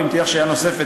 ואם תהיה לך שאלה נוספת,